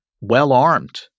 well-armed